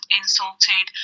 insulted